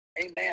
Amen